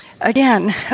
again